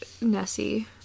Nessie